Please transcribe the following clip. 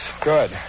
Good